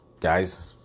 Guys